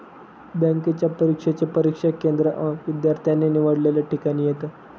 बँकेच्या परीक्षेचे परीक्षा केंद्र विद्यार्थ्याने निवडलेल्या ठिकाणी येते